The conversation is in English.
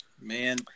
Man